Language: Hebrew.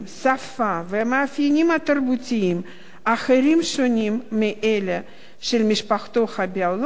השפה ומאפיינים תרבותיים אחרים שונים מאלה של משפחתו הביולוגית,